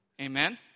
Amen